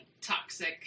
toxic